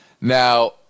Now